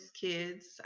kids